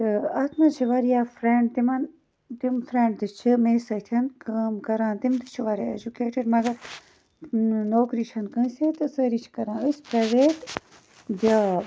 اتھ مَنٛز چھِ واریاہ فرنڈ تِمَن تِم فرنڈ تہِ چھِ مے سۭتۍ کٲم کَران تِم تہِ چھِ واریاہ ایجُکیٹِڈ مگر نوکری چھَنہٕ کٲنٛسے تہٕ سٲری چھِ کَران أسۍ پرایویٹ جاب